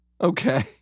Okay